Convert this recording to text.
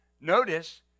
Notice